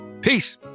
Peace